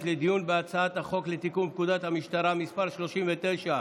לדיון בהצעת החוק לתיקון פקודת המשטרה (מס' 39)